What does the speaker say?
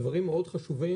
אלה דברים מאוד חשובים,